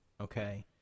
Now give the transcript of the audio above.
okay